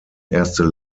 erste